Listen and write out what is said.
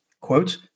Quote